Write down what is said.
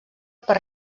per